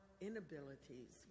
inabilities